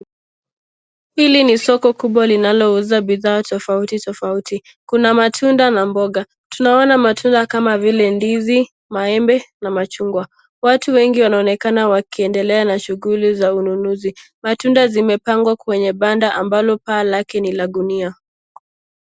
Hili ni soko kubwa linalousa bidhaa tafauti tafauti Kuna matunda na mboga, tunaona matunda kama vile ndizi, maembe na machungwa ,watu wengi wanaonekana wakiendelea na shughuli za ununusi matunda zimepangwa kwenye banda ambalo paa lake ni la gunia